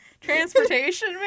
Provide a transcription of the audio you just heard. transportation